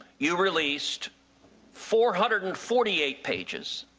you released four hundred and forty eight pages,